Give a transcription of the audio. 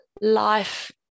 life